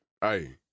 Hey